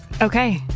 Okay